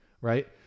Right